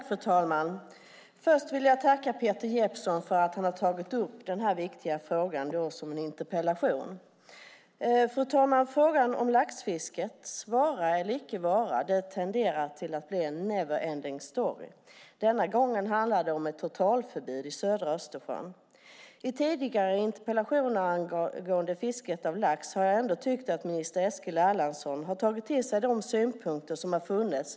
Fru talman! Jag vill tacka Peter Jeppsson för att han tagit upp denna viktiga fråga i sin interpellation. Frågan om laxfiskets vara eller icke vara tenderar att bli en never ending story. Denna gång handlar det om ett totalförbud i södra Östersjön. I samband med tidigare interpellationer angående fisket av lax har jag ändå tyckt att minister Eskil Erlandsson tagit till sig de synpunkter som funnits.